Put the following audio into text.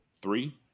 Three